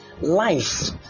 life